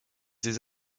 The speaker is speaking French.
des